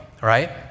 right